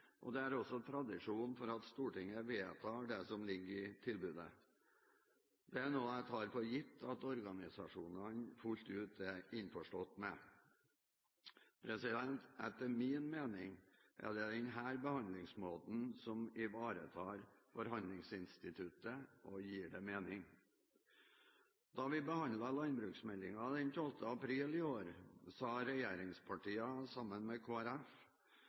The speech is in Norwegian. og det er også tradisjon for at Stortinget vedtar det som ligger i tilbudet. Dette er noe jeg tar for gitt at organisasjonene fullt ut er innforstått med. Etter min mening er det denne behandlingsmåten som ivaretar forhandlingsinstituttet og gir det mening. Da vi behandlet landbruksmeldingen den 12. april i år, sa regjeringspartiene sammen med